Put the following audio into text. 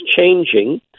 changing